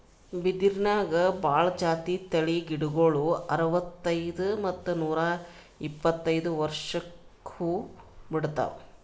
ಬಿದಿರ್ನ್ಯಾಗ್ ಭಾಳ್ ಜಾತಿ ತಳಿ ಗಿಡಗೋಳು ಅರವತ್ತೈದ್ ಮತ್ತ್ ನೂರ್ ಇಪ್ಪತ್ತೈದು ವರ್ಷ್ಕ್ ಹೂವಾ ಬಿಡ್ತಾವ್